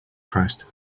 christ